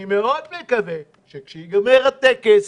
אני מקווה מאוד שכאשר ייגמר הטקס